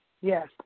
yes